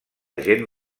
gent